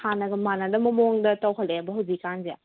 ꯍꯥꯟꯅꯒ ꯃꯥꯟꯅꯗꯕ ꯃꯑꯣꯡꯗ ꯇꯧꯈꯠꯂꯛꯑꯦꯕ ꯍꯧꯖꯤꯛꯀꯥꯟꯁꯦ